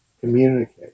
communicate